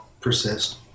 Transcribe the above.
persist